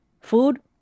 food